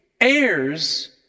heirs